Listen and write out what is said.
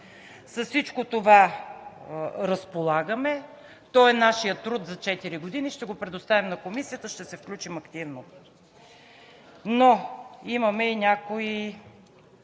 С всичко това разполагаме – той е нашият труд за четири години. Ще го предоставим на Комисията и ще се включим активно. Но имаме и някои